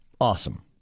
awesome